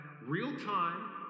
real-time